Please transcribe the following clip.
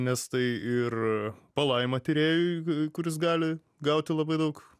nes tai ir palaima tyrėjui kuris gali gauti labai daug